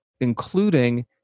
including